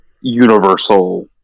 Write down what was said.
Universal